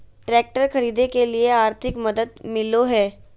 Tractor खरीदे के लिए आर्थिक मदद मिलो है?